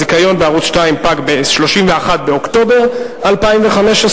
הזיכיון בערוץ-2 פג ב-31 באוקטובר 2015,